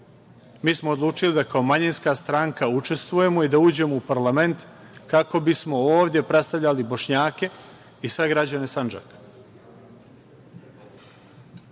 mi smo odlučili da kao manjinska stranka učestvujemo i da uđemo u parlament kako bismo ovde predstavljali Bošnjake i sve građane Sandžaka. To